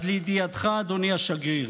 אז לידיעתך, אדוני השגריר,